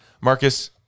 Marcus